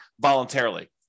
voluntarily